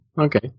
okay